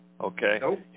okay